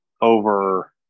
over